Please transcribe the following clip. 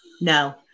No